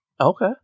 Okay